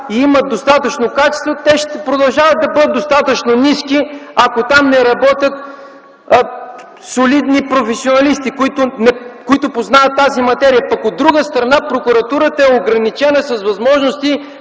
и имат достатъчно качества, те ще продължават да бъдат достатъчно ниски, ако там не работят солидни професионалисти, които познават тази материя. От друга страна, прокуратурата е ограничена с възможности